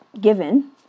given